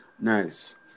Nice